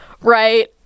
right